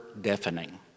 deafening